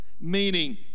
meaning